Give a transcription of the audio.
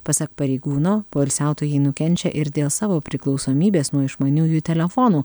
pasak pareigūno poilsiautojai nukenčia ir dėl savo priklausomybės nuo išmaniųjų telefonų